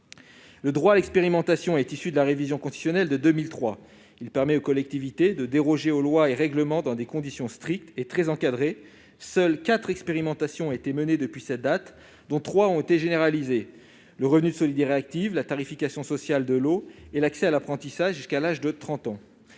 Le droit à l'expérimentation découle de la révision constitutionnelle de 2003 : il permet aux collectivités de déroger aux lois et règlements dans des conditions strictes et très encadrées. Seules quatre expérimentations ont été conduites depuis cette date, dont trois ont été généralisées : le revenu de solidarité active, la tarification sociale de l'eau et l'accès à l'apprentissage jusqu'à l'âge de 30 ans.